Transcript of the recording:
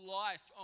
life